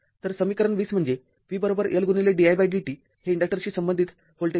तरसमीकरण २० म्हणजे vL didt हे इन्डक्टरशी संबंधित व्होल्टेज आहे